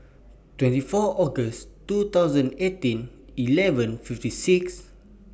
twenty four August two thousand eighteen eleven fifty six